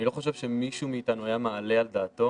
אני לא חושב שמישהו מאיתנו היה מעלה על דעתו